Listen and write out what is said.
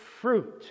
fruit